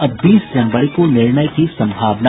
अब बीस जनवरी को निर्णय की संभावना